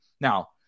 now